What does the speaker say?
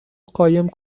قایم